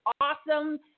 awesome